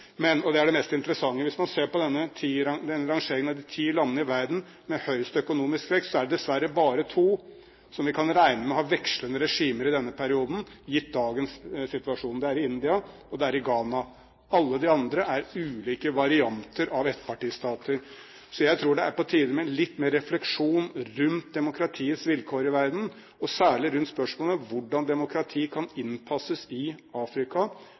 Men, og det er det mest interessante: Hvis man ser på denne rangeringen av de ti landene i verden med høyest økonomisk vekst, er det dessverre bare to som vi kan regne med har vekslende regimer i denne perioden, gitt dagens situasjon: Det er India, og det er Ghana. Alle de andre er ulike varianter av ettpartistater. Jeg tror det er på tide med litt mer refleksjon rundt demokratiets vilkår i verden, og særlig rundt spørsmålet om hvordan demokrati kan innpasses i Afrika,